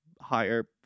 higher